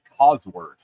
Cosworth